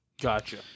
Gotcha